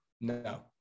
No